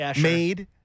made